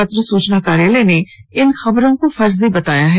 पत्र सूचना कार्यालय ने इन खबरों को फर्जी बताया है